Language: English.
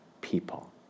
people